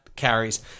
carries